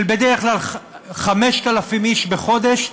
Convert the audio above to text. של בדרך כלל 5,000 איש בחודש,